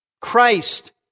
Christ